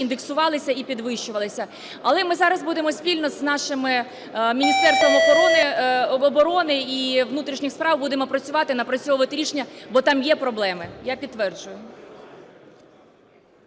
індексувалися б і підвищувалися б. Але ми зараз будемо спільно з нашими міністерствами оборони і внутрішніх справ, будемо працювати і напрацьовувати рішення, бо там є проблеми, я підтверджую.